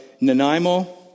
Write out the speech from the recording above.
Nanaimo